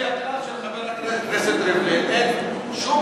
לפי הכלל של חבר הכנסת ריבלין אין שום